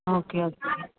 okay okay